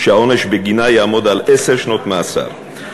שהעונש בגינה יעמוד על עשר שנות מאסר.